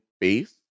base